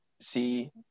see